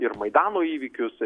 ir maidano įvykius